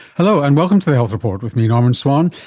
hello and welcome to the health report with me, norman swan.